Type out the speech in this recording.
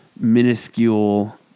minuscule